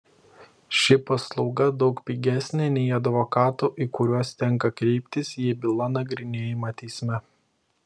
ši paslauga daug pigesnė nei advokatų į kuriuos tenka kreiptis jei byla nagrinėjama teisme